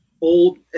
old